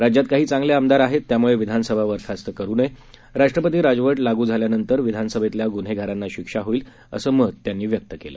राज्यात काही चांगले आमदार आहेत त्यामुळे विधानसभा बरखास्त करू नये राष्ट्रपती राजव लागू झाल्यानंतर विधानसभेतल्या गुन्हेगारांना शिक्षा होईल असं मत त्यांनी व्यक्त केलं